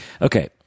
Okay